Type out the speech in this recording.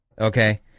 Okay